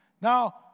Now